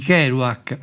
Kerouac